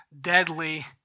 deadly